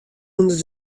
ûnder